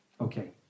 Okay